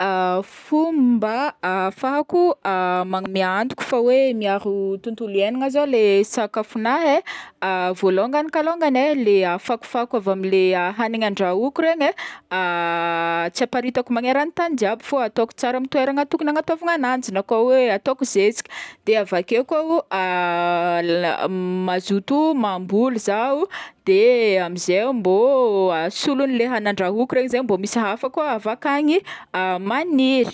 Fomba ahafako maname antoko fa miaro tontolo iaignana zao le sakafognahy, vôlongany kalongany e, le fakofako avy amle hagniny andrahoako regny tsy aparitako magnerana tany jaby fô ataoko amy toerana tokony hanagnaovana agnanjy na koa hoe ataoko zezika, de avakeo koa m mazoto mamboly zaho de amzay mbô ahasolo le hagnina andrahoako zegny de mbô misy hafa koa avakagny maniry.